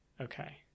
okay